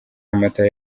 amata